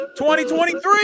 2023